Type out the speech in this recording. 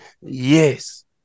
Yes